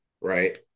right